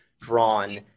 drawn